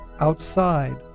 outside